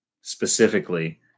specifically